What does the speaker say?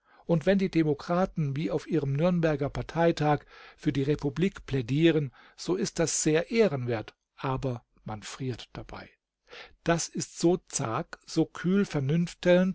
und wenn die demokraten wie auf ihrem nürnberger parteitag für die republik plädieren so ist das sehr ehrenwert aber man friert dabei das ist so zag so kühl